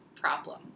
problem